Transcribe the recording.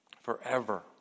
forever